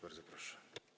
Bardzo proszę.